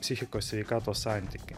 psichikos sveikatos santykį